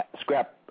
Scrap